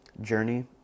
journey